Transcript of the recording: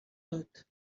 tot